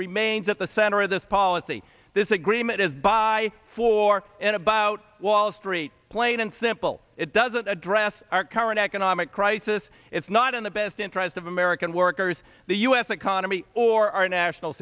remains at the center of this policy this agreement is by four in about wall street plain and simple it doesn't address our current economic crisis it's not in the best interest of american workers the u s economy or our national